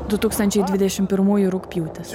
du tūkstančiai dvidešim pirmųjų rugpjūti